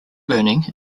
learning